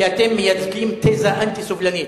כי אתם מייצגים תזה אנטי-סובלנית,